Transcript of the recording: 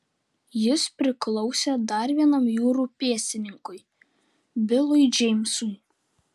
jis priklausė dar vienam jūrų pėstininkui bilui džeimsui